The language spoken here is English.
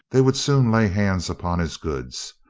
they would soon lay hands upon his goods.